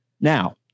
Now